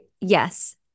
yes